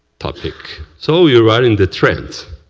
topic. so you are are in the trench,